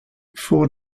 four